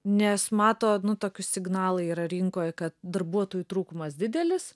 nes mato nu tokius signalai yra rinkoje kad darbuotojų trūkumas didelis